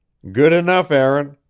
good enough, aaron.